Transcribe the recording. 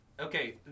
okay